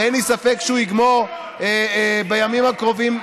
ואין לי ספק שהוא יגמור בימים הקרובים,